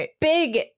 big